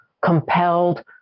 compelled